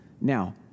Now